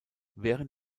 während